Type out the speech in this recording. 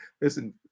listen